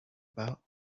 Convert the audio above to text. about